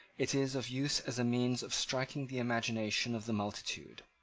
it is of use as a means of striking the imagination of the multitude.